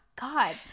god